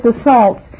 assaults